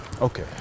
Okay